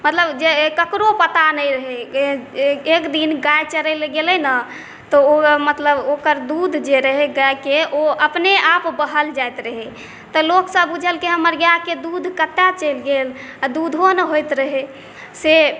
मतलब जे केकरो पता नहि रहै एक दिन गाय चरै लए गेलै ने तऽ ओ मतलब ओकर दूध जे रहै गायके ओ अपने आप बहल जाइत रहै तऽ लोकसभ बुझलकै हमर गायके दूध कतौ चलि गेल आ दूधो ने होइत रहै से